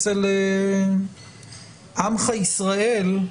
אצל עמך ישראל,